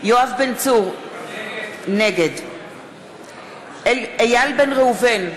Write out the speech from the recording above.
יואב בן צור, נגד איל בן ראובן,